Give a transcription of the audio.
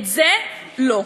את זה לא.